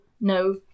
No